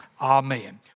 Amen